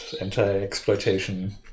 anti-exploitation